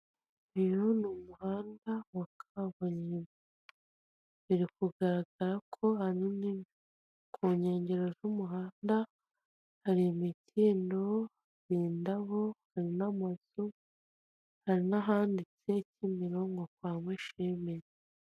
Uyu ni umuhanda wa kaburimbo, biri kugaragara ko ahani ni ku nkengero z'umuhanda, hari imikindo, indabo hari n'amazu, hari n'ahanditse Kimironko kwa Mushimire.